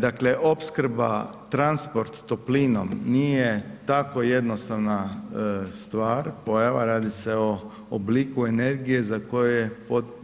Dakle, opskrba, transport toplinom nije tako jednostavna stvar, pojava, radi se o obliku energije za koje